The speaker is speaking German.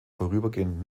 vorübergehend